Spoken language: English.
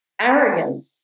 arrogant